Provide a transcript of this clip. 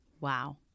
Wow